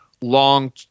long